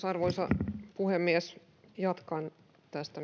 arvoisa puhemies jatkan tästä